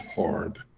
hard